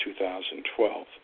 2012